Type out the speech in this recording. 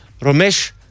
Ramesh